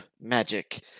magic